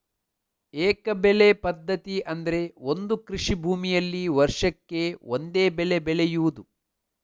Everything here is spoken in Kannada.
ಏಕ ಬೆಳೆ ಪದ್ಧತಿ ಅಂದ್ರೆ ಒಂದು ಕೃಷಿ ಭೂಮಿನಲ್ಲಿ ವರ್ಷಕ್ಕೆ ಒಂದೇ ಬೆಳೆ ಬೆಳೆಯುದು